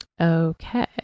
Okay